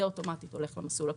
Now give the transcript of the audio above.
זה אוטומטית הולך למסלול הפלילי.